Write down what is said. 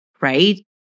right